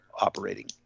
operating